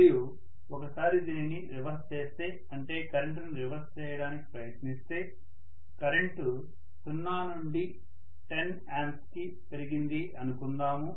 మరియు ఒక సారి దీనిని రివర్స్ చేస్తే అంటే కరెంటు ని రివర్స్ చేయడానికి ప్రయత్నిస్తే కరెంటు 0 నుండి 10A కి పెరిగింది అనుకుందాం